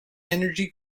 energy